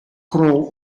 crawl